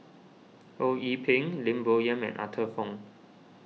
Ho Yee Ping Lim Bo Yam and Arthur Fong